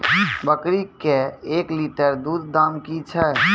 बकरी के एक लिटर दूध दाम कि छ?